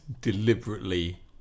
deliberately